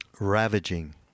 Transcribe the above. ravaging